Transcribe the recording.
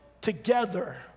together